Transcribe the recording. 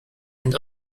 and